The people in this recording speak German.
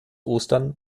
ostern